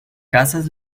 casas